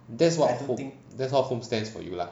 that's what hom~ home stands for you lah